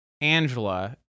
Angela